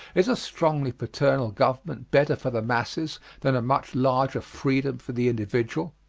is a strongly paternal government better for the masses than a much larger freedom for the individual?